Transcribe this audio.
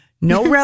No